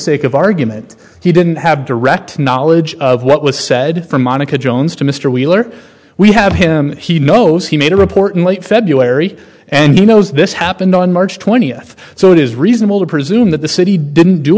sake of argument he didn't have direct knowledge of what was said from monica jones to mr wheeler we have him he knows he made a report in late february and you know this happened on march twentieth so it is reasonable to presume that the city didn't do